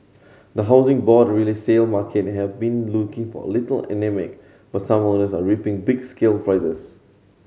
the Housing Board resale market have been looking for a little anaemic but some owners are reaping big sale prices